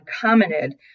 commented